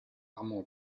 amand